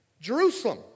Jerusalem